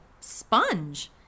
sponge